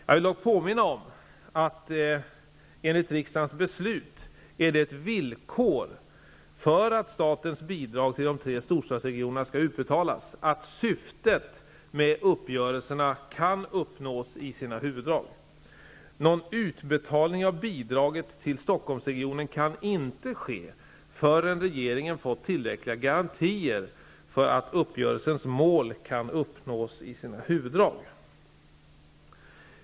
Jag vill dock påminna om att det enligt riksdagens beslut är ett villkor för att statens bidrag till de tre storstadsregionerna skall utbetalas att syftet med uppgörelserna kan uppnås i sina huvuddrag. Någon utbetalning av bidraget till Stockholmsregionen kan inte ske förrän regeringen fått tillräckliga garantier för att uppgörelsens mål kan uppnås i sina huvuddrag.